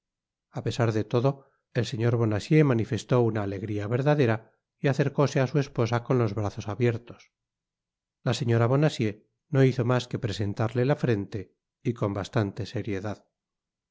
a pesar de todo el señor bonacieux manifestó una alegria verdadera y acercóse á su esposa con los brazos abiertos la señora bonacieux no hizo mas que presentarle la frente y con bastante seriedad